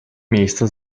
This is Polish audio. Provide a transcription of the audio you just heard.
miejsca